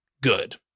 good